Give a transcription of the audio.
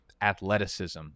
athleticism